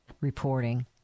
reporting